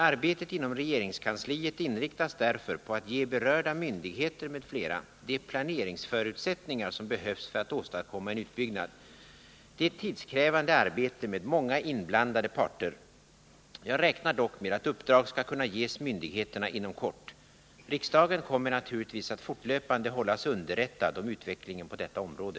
Arbetet inom regeringskansliet inriktas därför på att ge berörda myndigheter m.fl. de planeringsförutsättningar som behövs för att åstadkomma en utbyggnad. Det är ett tidskrävande arbete med många inblandade parter. Jag räknar dock med att uppdrag skall kunna ges myndigheterna inom kort. Riksdagen kommer naturligtvis att fortlöpande hållas underrättad om utvecklingen på detta område.